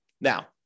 Now